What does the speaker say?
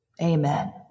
amen